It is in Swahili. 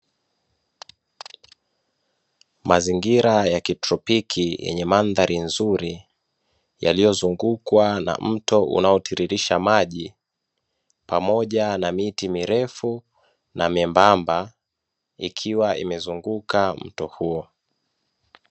Mazingira ya kitropiki yenye mandhari nzuri, yaliyozungukwa na mto unaotiririsha maji, pamoja na miti mirefu na myembamba ikiwa imezunguka mto huo.